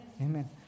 Amen